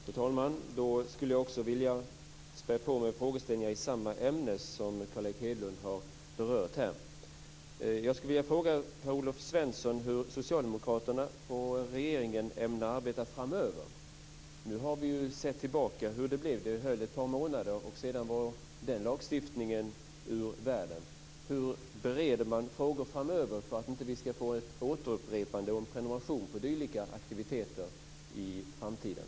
Fru talman! Då skulle jag vilja spä på med frågeställningar i samma ämne som Carl Erik Hedlund har berört. Jag skulle vilja fråga Per-Olof Svensson hur socialdemokraterna och regeringen ämnar arbeta framöver. Nu kan vi ju se tillbaka på hur det blev. Det höll i ett par månader och sedan var den lagstiftningen ur världen. Hur bereder man frågor framöver så att vi inte skall få ett upprepande av dylika aktiviteter i framtiden?